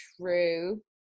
true